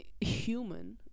human